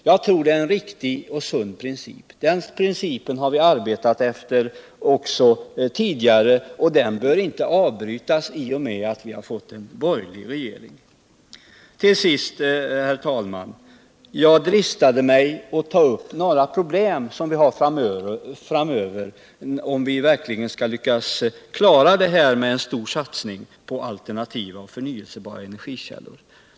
Jag tror att det är en riktig och sund princip, och vi har arbetat efter denna också tidigare. Den bör inte avbrytas i och med att vi fått en borgerlig regering. Herr talman. Jag dristade mig att ta upp några av de problem som vi kommer att ha framöver när det gäller att klara en stor satsning på alternativa och förnyelsebara energikällor.